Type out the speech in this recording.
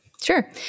Sure